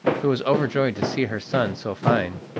who was overjoyed to see her son so fine.